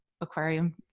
aquarium